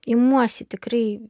imuosi tikrai